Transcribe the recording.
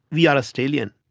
we are australian,